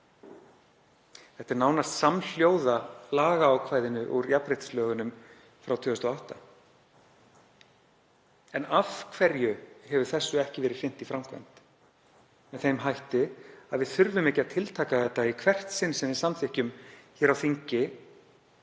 Þetta er nánast samhljóða lagaákvæðinu úr jafnréttislögunum frá 2008. En af hverju hefur þessu ekki verið hrint í framkvæmd með þeim hætti að við þurfum ekki að tiltaka þetta í hvert sinn sem við samþykkjum hér á þingi